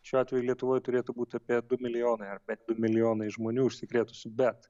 šiuo atveju lietuvoj turėtų būt apie du milijonai ar du milijonai žmonių užsikrėtusių bet